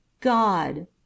God